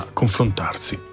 confrontarsi